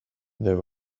there